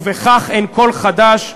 ובכך אין כל חדש.